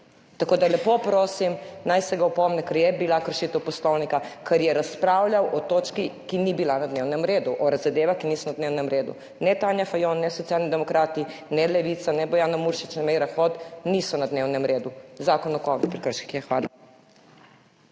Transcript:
Lepo prosim, naj se ga opomni, ker je bila kršitev poslovnika, ker je razpravljal o točki, ki ni bila na dnevnem redu, o zadevah, ki niso na dnevnem redu. Ne Tanja Fajon ne Socialni demokrati ne Levica ne Bojana Muršič ne Meira Hot niso na dnevnem redu, zakon o covid prekrških je. Hvala.